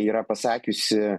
yra pasakiusi